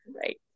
right